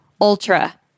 ultra